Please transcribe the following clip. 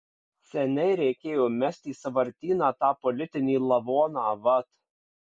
seniai reikėjo mest į sąvartyną tą politinį lavoną vat